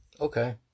Okay